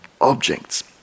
objects